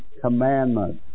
commandments